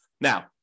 Now